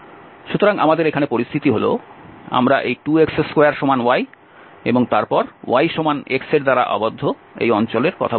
সুতরাং আমাদের এখানে পরিস্থিতি হল আমরা এই 2x2সমান y এবং তারপর y সমান x এর দ্বারা আবদ্ধ এই অঞ্চলের কথা বলছি